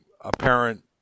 apparent